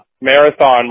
marathon